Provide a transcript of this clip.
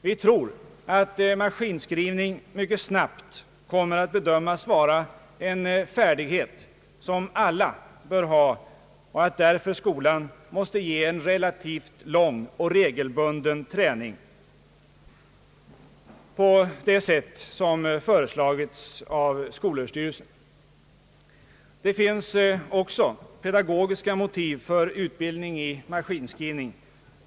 Vi tror att maskinskrivning mycket snabbt kommer att bedömas vara en färdighet som alla bör ha och att skolan därför måste ge en relativt lång och regelbunden träning, på det sätt som skolöverstyrelsen föreslagit. Det finns även pedagogiska motiv för utbildning i ma skinskrivning.